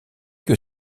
que